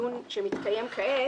הדיון שמתקיים כעת,